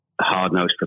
hard-nosed